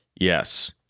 Yes